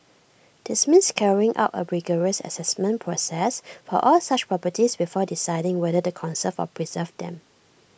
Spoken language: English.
this means carrying out A rigorous Assessment process for all such properties before deciding whether to conserve or preserve them